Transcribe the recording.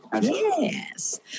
Yes